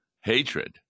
hatred